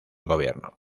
gobierno